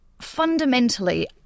fundamentally